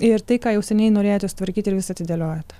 ir tai ką jau seniai norėjote sutvarkyti ir vis atidėliojate